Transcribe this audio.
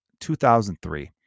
2003